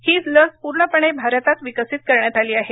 ही लस पूर्णपणे भारतात विकसित करण्यात आली आहे